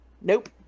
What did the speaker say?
nope